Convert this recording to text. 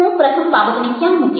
હું પ્રથમ બાબતને ક્યાં મૂકીશ